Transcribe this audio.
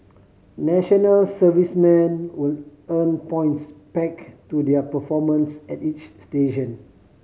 national servicemen will earn points peg to their performance at each station